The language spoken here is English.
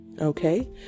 Okay